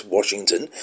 Washington